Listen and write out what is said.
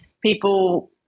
People